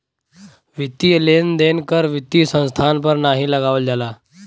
वित्तीय लेन देन कर वित्तीय संस्थान पर नाहीं लगावल जाला